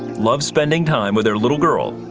love spending time with their little girl,